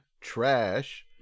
trash